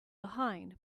behind